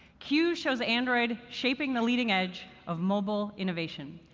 q shows android shaping the leading edge of mobile innovation,